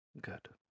Good